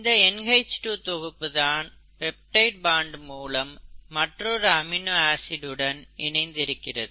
இந்த NH2 தொகுப்பு தான் பெப்டைடு பாண்ட் மூலம் மற்றொரு அமினோ ஆசிட் உடன் இணைந்து இருக்கிறது